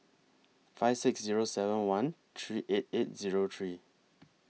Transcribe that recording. five six Zero seven one three eight eight Zero three